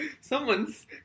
someone's